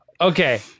Okay